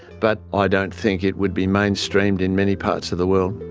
but i don't think it would be mainstreamed in many parts of the world.